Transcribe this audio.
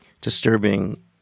disturbing